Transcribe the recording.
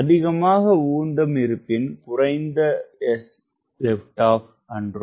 அதிகமாக உந்தம் இருப்பின் குறைந்த sLO அன்றோ